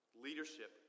Leadership